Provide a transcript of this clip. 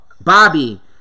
Bobby